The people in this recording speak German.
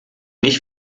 nicht